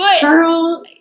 Girl